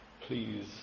Please